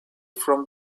from